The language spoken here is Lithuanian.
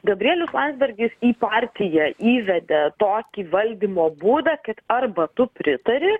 gabrielius landsbergis į partiją įvedė tokį valdymo būdą kad arba tu pritari